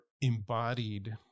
embodied